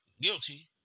guilty